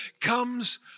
comes